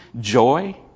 joy